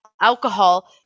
alcohol